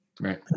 Right